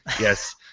Yes